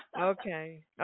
Okay